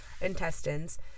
intestines